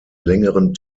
längeren